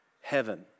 heaven